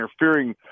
interfering